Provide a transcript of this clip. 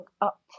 up